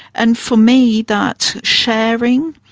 and for me, that sharing,